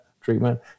treatment